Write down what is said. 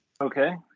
Okay